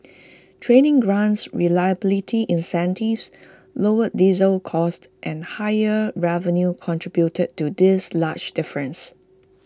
training grants reliability incentives lower diesel costs and higher revenue contributed to this large difference